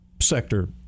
sector